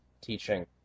teaching